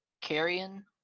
Carrion